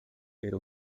era